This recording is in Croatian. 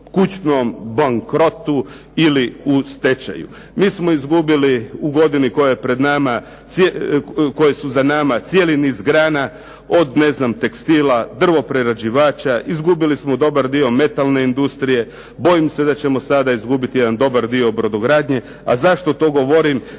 kućnom bankrotu“ ili u stečaju. MI smo izgubili u godini koje su za nama cijeli niz grana od tekstila, drvoprerađivača, izgubili smo dobar dio metalne industrije, bojim se da ćemo sada izgubiti jedan dobar dio brodogradnje, a zašto to govorim.